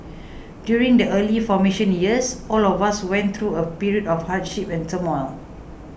during the early formation years all of us went through a period of hardship and turmoil